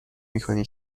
میکنی